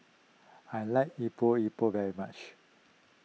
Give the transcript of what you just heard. I like Epok Epok very much